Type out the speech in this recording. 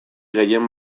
gehien